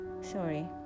Sorry